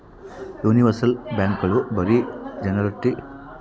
universal ಬ್ಯಾಂಕ್ಗಳು ಬರೀ ಜನರೊಟ್ಟಿಗೆ ಹಣ ವಿನಿಮಯ ಮಾಡೋದೊಂದೇಲ್ದೆ ಷೇರುಗಳ ಮೇಲೆ ಹೂಡಿಕೆ ಮಾಡ್ತಾವೆ